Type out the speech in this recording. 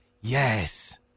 Yes